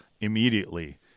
immediately